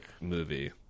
movie